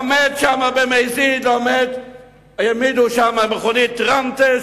העמידו שם במזיד מכונית טרנטע,